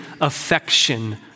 affection